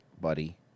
buddy